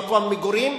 מקום מגורים,